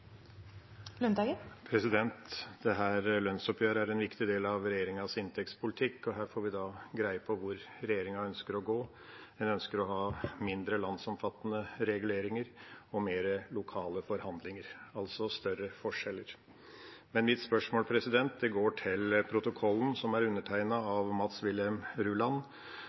en viktig del av regjeringas inntektspolitikk, og her får vi da greie på hvor regjeringa ønsker å gå. En ønsker å ha mindre landsomfattende reguleringer og mer lokale forhandlinger, altså større forskjeller. Men mitt spørsmål går til protokollen, som er undertegnet av Mats Wilhelm Ruland,